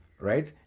right